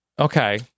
Okay